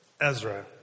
Ezra